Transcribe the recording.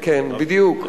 כן, בדיוק.